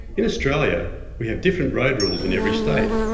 in australia, we have different road rules in every state.